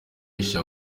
aisha